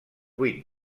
vuit